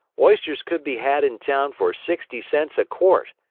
oysters could be had in town for sixty cents a quart,